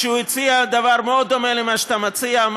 כשהוא הציע דבר מאוד דומה למה שאתה מציע.